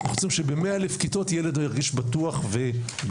אנחנו צריכים שב-100,000 כיתות ילד להט"ב ירגיש בטוח ובבית.